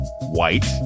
white